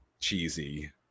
cheesy